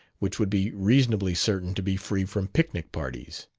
which would be reasonably certain to be free from picnic parties.